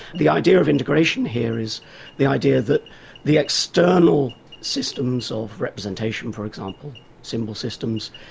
the idea of integration here is the idea that the external systems of representation, for example, symbol systems,